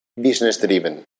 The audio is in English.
business-driven